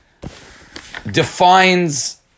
defines